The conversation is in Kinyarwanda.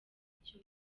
icyo